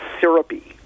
syrupy